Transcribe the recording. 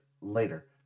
later